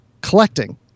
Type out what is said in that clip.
collecting